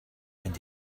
fynd